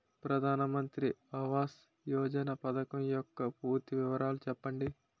ప్రధాన మంత్రి ఆవాస్ యోజన పథకం యెక్క పూర్తి వివరాలు చెప్పండి?